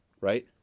Right